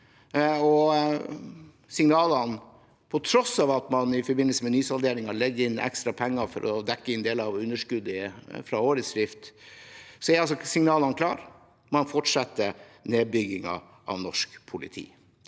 norsk politi. Til tross for at man i forbindelse med nysalderingen legger inn ekstra penger for å dekke inn deler av underskuddet fra årets drift, er signalene klare: Man fortsetter nedbyggingen av norsk po liti.